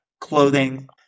clothing